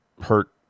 hurt